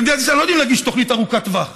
במדינת ישראל לא יודעים להגיש תוכנית ארוכת טווח.